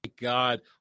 God